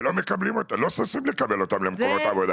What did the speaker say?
ולא ששים לקבל אותם למקומות עבודה.